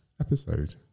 episode